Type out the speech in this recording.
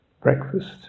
Breakfast